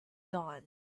dawn